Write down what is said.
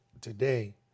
today